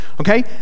okay